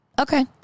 Okay